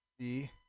See